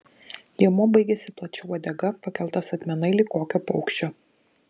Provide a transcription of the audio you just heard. liemuo baigėsi plačia uodega pakelta statmenai lyg kokio paukščio